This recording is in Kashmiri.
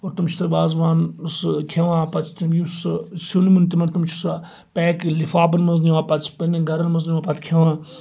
اور تم چھ تَتہِ وازوان سُہ کھیٚوان پَتہٕ چھِ تِم یُس سُہ سیُن ویُن تِم چھِ سُہ پیک لِفافن منٛز نِوان پَتہٕ سُہ پَننٮ۪ن گَرن منٛز نِوان پَتہٕ کھیٚوان